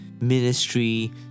ministry